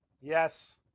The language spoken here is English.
Yes